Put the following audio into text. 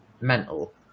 mental